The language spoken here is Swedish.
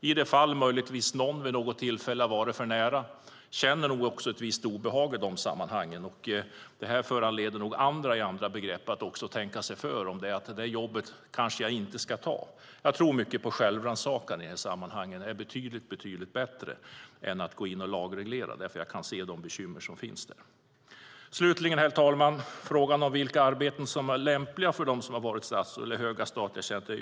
I de fall någon vid något tillfälle har varit för nära har man nog känt ett visst obehag. Vid sådana tillfällen har det nog föranlett berörda att tänka sig för om de ska ta jobbet. Jag tror mycket på självrannsakan. Det är betydligt bättre än att lagreglera. Jag kan se de bekymmer som finns. Herr talman! Slutligen har vi frågan om vilka arbeten som är lämpliga för dem som har varit statsråd eller höga statliga tjänstemän.